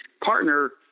partner